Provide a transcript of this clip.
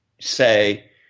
say